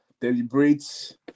deliberate